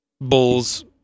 Bulls